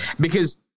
because-